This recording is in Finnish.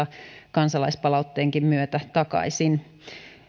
kansalaispalautteenkin myötä takaisin